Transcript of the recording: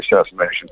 assassination